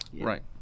Right